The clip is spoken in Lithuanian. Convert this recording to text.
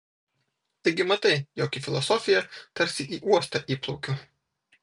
taigi matai jog į filosofiją tarsi į uostą įplaukiu